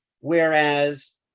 whereas